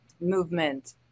movement